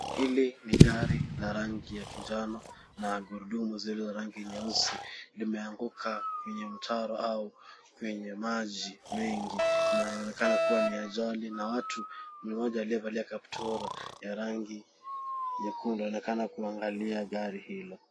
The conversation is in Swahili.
Hili ni gari la rangi la kijano na gurudunu zile za rangi nyeusi limeanguka kwenye mtaro au kwenye maji mengi na inaonekana kuwa ni ajali na watu, mmoja aliyevalia kaptura ya rangi nyekundu anaonekana kuangalia gari hilo.